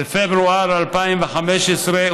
בפברואר 2015,